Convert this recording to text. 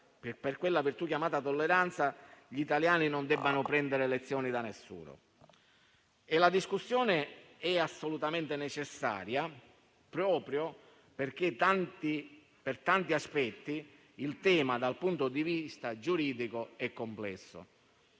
a quella virtù chiamata tolleranza, gli italiani non debbano prendere lezioni da nessuno. La discussione è assolutamente necessaria, proprio perché per tanti aspetti, dal punto di vista giuridico, il tema è complesso.